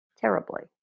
terribly